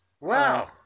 Wow